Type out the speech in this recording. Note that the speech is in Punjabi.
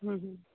ਹੂੰ ਹੂੰ